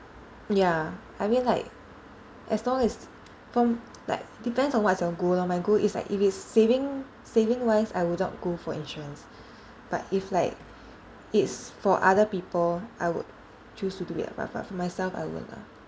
ya I mean like as long as like depends on what your goal lah my goal is like if it's saving saving wise I will not go for insurance but if like it's for other people I would choose to do it ah but but for myself I won't lah